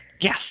Yes